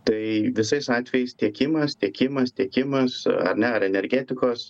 tai visais atvejais tiekimas tiekimas tiekimas ar ne ar energetikos